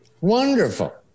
Wonderful